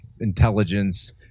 intelligence